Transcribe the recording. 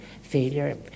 failure